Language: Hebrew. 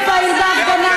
ולקחתם חלק פעיל בהפגנה.